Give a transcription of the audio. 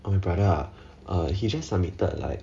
oh my brother ah he just submitted like